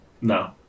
No